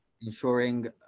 ensuring